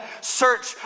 search